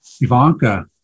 ivanka